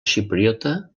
xipriota